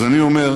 אז אני אומר: